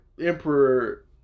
emperor